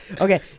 Okay